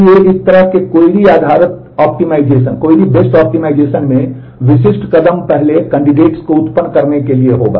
इसलिए इस तरह के क्वेरी आधारित ऑप्टिमाइजेशन नियम क्या हैं